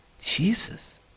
Jesus